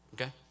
Okay